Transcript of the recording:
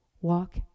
walk